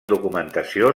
documentació